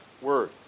word